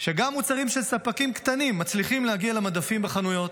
שגם מוצרים של ספקים קטנים מצליחים להגיע למדפים בחנויות,